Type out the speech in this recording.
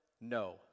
no